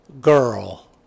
girl